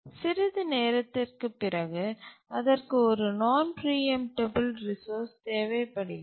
சிறிது நேரத்திற்குப் பிறகு அதற்கு ஒரு நான் பிரீஎம்டபல் ரிசோர்ஸ் தேவைப்படுகிறது